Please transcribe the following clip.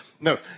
No